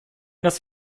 das